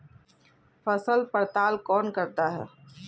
फसल पड़ताल कौन करता है?